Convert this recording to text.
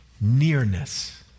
nearness